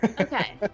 Okay